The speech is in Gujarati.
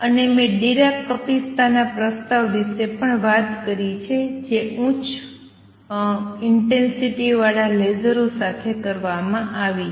અને મેં ડીરાક કપિસ્તા ના પ્રસ્તાવ વિશે પણ વાત કરી છે જે ઉચ્ચ ઇંટેંસિટીવાળા લેસરો સાથે કરવામાં આવી છે